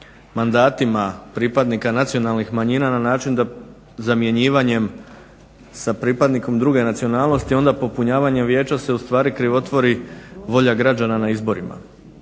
mandatima pripadnika nacionalnih manjina na način da zamjenjivanjem sa pripadnikom druge nacionalnosti onda popunjavanjem vijeća se ustvari krivotvori volja građana na izborima.